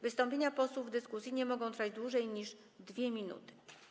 Wystąpienia posłów w dyskusji nie mogą trwać dłużej niż 2 minuty.